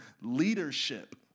leadership